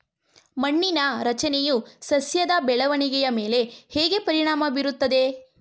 ಮಣ್ಣಿನ ರಚನೆಯು ಸಸ್ಯದ ಬೆಳವಣಿಗೆಯ ಮೇಲೆ ಹೇಗೆ ಪರಿಣಾಮ ಬೀರುತ್ತದೆ?